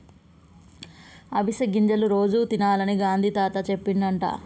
అవిసె గింజలు రోజు తినాలని గాంధీ తాత చెప్పిండట